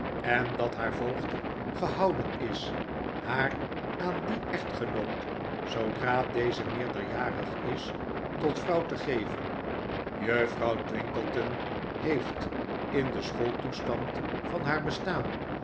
en dat haar voogd gehouden is haar aan dien echtgenoot zoodra deze meerderjarig is tot vrouw te geven juffrouw twinkleton heeft in den school toestand van haar bestaan